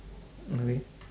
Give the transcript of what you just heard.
okay